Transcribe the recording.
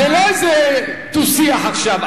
זה לא איזה דו-שיח עכשיו.